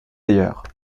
ailleurs